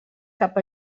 cap